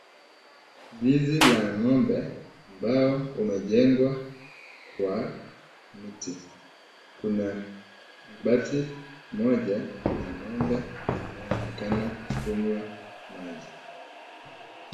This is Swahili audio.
Zizi la ng'ombe ambalo umejengwa kwa miti. Kuna kibati moja na ng'ombe anayeonekana kunywa maji.